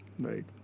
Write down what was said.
Right